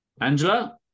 Angela